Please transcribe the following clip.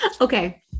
Okay